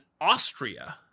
Austria